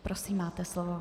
Prosím, máte slovo.